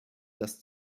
das